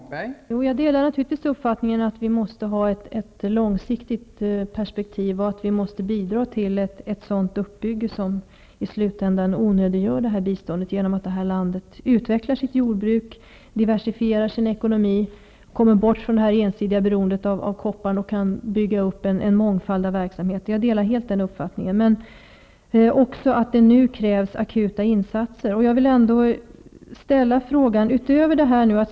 Fru talman! Jag delar naturligtvis uppfattningen att vi måste ha ett långsik tigt perspektiv och att vi måste bidra till en uppbyggnad som till slut gör bi ståndet onödigt: genom att landet utvecklar sitt jordbruk, diversifierar sin ekonomi och kommer bort från det ensidiga beroendet av kopparn och kan bygga upp en mångfald av verksamheter. Jag delar helt den uppfattningen, men nu krävs det akuta insatser.